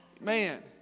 Man